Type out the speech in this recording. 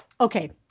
Okay